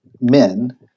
men